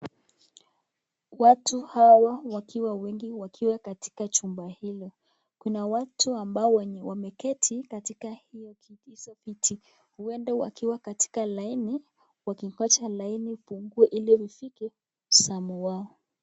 Watu wengi wakiwa katika chumba ile ,wengine wameketi katika hizo vitu huenda wakiwa katika laini wakingonja ipungue ili ifike zamu wao.